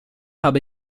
habe